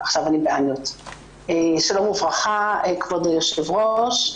שלום וברכה, כבוד היושב-ראש.